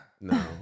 no